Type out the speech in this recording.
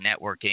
networking